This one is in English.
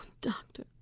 Doctor